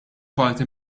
parti